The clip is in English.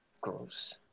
gross